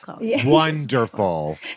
Wonderful